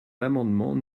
l’amendement